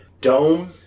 dome